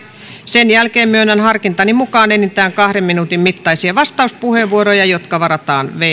sen jälkeen myönnän harkintani mukaan enintään kahden minuutin mittaisia vastauspuheenvuoroja jotka varataan viides